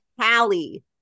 Hallie